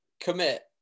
commit